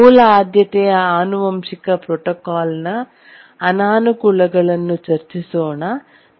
ಮೂಲ ಆದ್ಯತೆಯ ಆನುವಂಶಿಕ ಪ್ರೋಟೋಕಾಲ್ನ ಅನಾನುಕೂಲಗಳನ್ನು ಚರ್ಚಿಸೋಣ